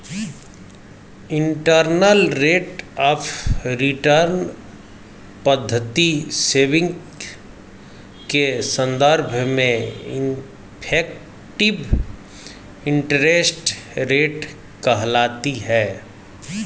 internal rate of return पद्धति saving के संदर्भ में इफेक्टिव इंटरेस्ट रेट कहलाती है